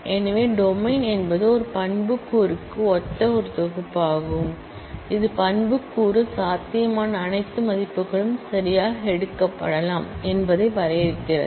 எனவே டொமைன் என்பது ஒரு ஆட்ரிபூட்ஸ் க்கு ஒத்த ஒரு தொகுப்பாகும் இது ஆட்ரிபூட்ஸ் சாத்தியமான அனைத்து மதிப்புகளும் சரியாக எடுக்கப்படலாம் என்பதை வரையறுக்கிறது